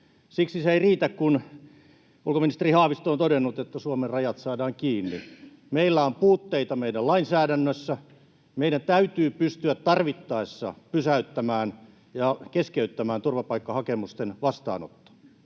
Siksi se ei riitä, kun ulkoministeri Haavisto on todennut, että Suomen rajat saadaan kiinni. Meillä on puutteita meidän lainsäädännössä. Meidän täytyy pystyä tarvittaessa pysäyttämään ja keskeyttämään turvapaikkahakemusten vastaanotto.